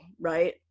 right